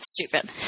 stupid